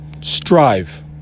Strive